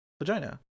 vagina